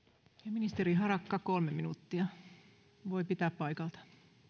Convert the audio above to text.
ministeri harakka kolme minuuttia voi pitää paikaltaan